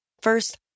First